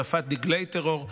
הנפת דגלי טרור,